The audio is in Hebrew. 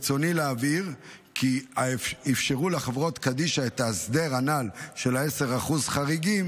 ברצוני להבהיר כי אפשרו לחברות קדישא את ההסדר הנ"ל של 10% חריגים